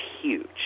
huge